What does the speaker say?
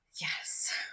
Yes